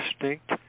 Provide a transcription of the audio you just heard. distinct